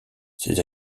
ces